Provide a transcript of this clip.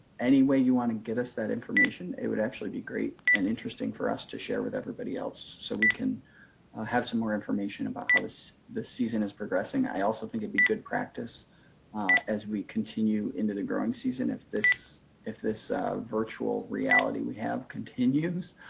any way you want to get us that information it would actually be great and interesting for us to share with everybody else, so we can have some more information about how this season is progressing. i also think it'd be good practice as we continue into the growing season if this if this virtual reality we have continues,